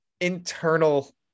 internal